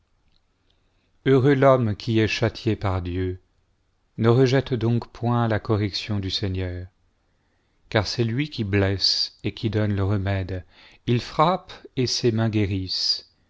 heureux l'homme qui est châtié par dieu ne rejette donc point la correction du seigneur car c'est lui qui blesse et qui docne le remède il frappe et ses mains guérissent